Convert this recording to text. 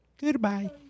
Goodbye